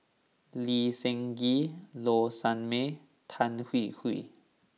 Lee Seng Gee Low Sanmay Tan Hwee Hwee